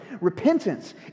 Repentance